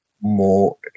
more